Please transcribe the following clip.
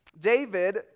David